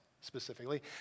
specifically